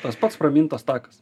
tas pats pramintas takas